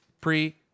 Pre